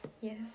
Yes